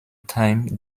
time